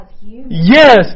Yes